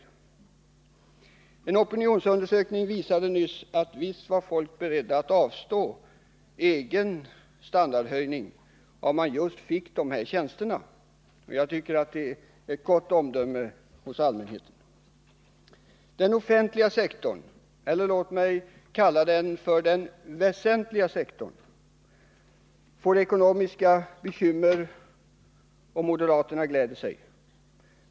En nyligen gjord opinionsundersökning visade att människor visst är beredda att avstå egen standardhöjning, om man just får dessa tjänster. Det vittnar om ett gott omdöme hos allmänheten. Den offentliga sektorn, eller låt mig kalla den för den väsentliga sektorn, får ekonomiska bekymmer, och moderaterna gläder sig.